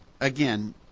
Again